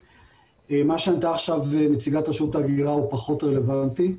מה שהעלתה עכשיו נציגת רשות האוכלוסין וההגירה הוא פחות רלוונטי.